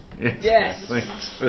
Yes